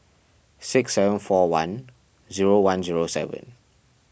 six seven four one zero one zero seven